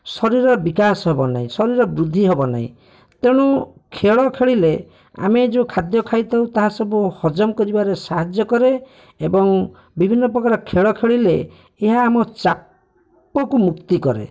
ଶରୀରର ବିକାଶ ହେବ ନାହିଁ ଶରୀରର ବୃଦ୍ଧି ହେବ ନାହିଁ ତେଣୁ ଖେଳ ଖେଳିଲେ ଆମେ ଯେଉଁ ଖାଦ୍ୟ ଖାଇଥାଉ ତାହା ସବୁ ହଜମ ହବାରେ ସାହାଯ୍ୟ କରେ ଏବଂ ବିଭିନ୍ନପ୍ରକାର ଖେଳଖେଳିଲେ ଏହା ଆମ ଚାପକୁ ମୁକ୍ତି କରେ